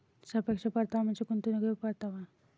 सापेक्ष परतावा म्हणजे गुंतवणुकीवर परतावा